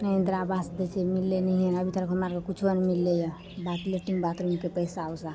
ने इंदिरा आवास दै छै मिललै नहिये ने अभी तक हमरा आरके कुछो नहि मिललय आओर बात लेट्रिन बाथरूमके पैसा उसा